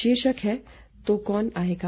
शीर्षक है तो कौन आएगा